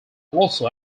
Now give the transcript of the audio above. also